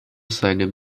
seinem